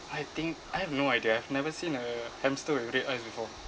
I think I have no idea I've never seen a hamster with red eyes before